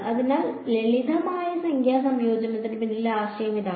അതിനാൽ ലളിതമായ സംഖ്യാ സംയോജനത്തിന് പിന്നിലെ ആശയം അതാണ്